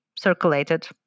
circulated